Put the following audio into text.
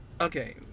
okay